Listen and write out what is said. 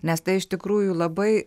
nes tai iš tikrųjų labai